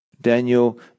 Daniel